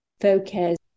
focus